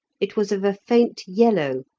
it was of a faint yellow,